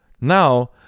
now